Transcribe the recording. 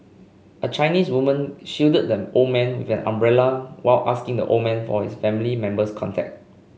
a Chinese woman shielded the old man with an umbrella while asking the old man for his family member's contact